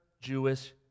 Jewish